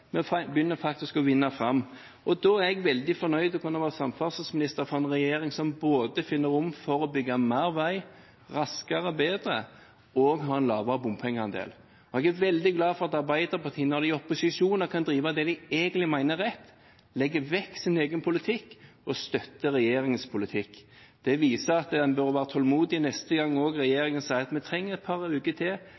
begynner faktisk å vinne fram. Da er jeg veldig fornøyd med å kunne være samferdselsminister for en regjering som finner rom for både å bygge mer vei raskere og bedre, og som har en lavere bompengeandel. Jeg er veldig glad for at Arbeiderpartiet, når de er opposisjon og kan drive det de egentlig mener er rett, legger vekk sin egen politikk og støtter regjeringens politikk. Det viser at en bør være tålmodig neste gang